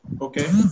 Okay